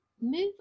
move